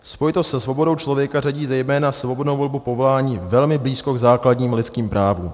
Spojitost se svobodou člověka řadí zejména svobodnou volbu povolání velmi blízko k základním lidským právům.